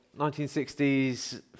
1960s